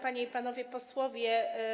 Panie i Panowie Posłowie!